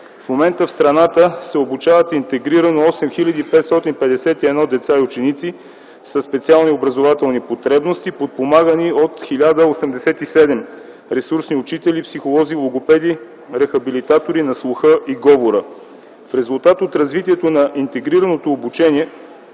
В момента в страната се обучават интегрирано 8 хил. 551 деца и ученици със специални образователни потребности, подпомагани от 1087 ресурсни учители, психолози, логопеди, рехабилитатори на слуха и говора. В резултат от развитието на интегрираното обучение,